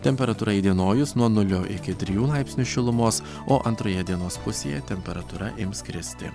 temperatūra įdienojus nuo nulio iki trijų laipsnių šilumos o antroje dienos pusėje temperatūra ims kristi